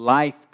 Life